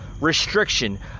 restriction